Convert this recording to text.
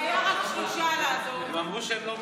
והיו רק שלושה, הם אמרו שהם לא מתנגדים.